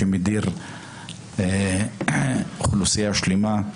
שמדיר אוכלוסייה שלמה.